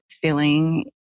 feeling